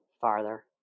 farther